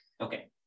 Okay